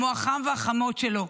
כמו החם והחמות שלו,